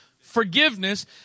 forgiveness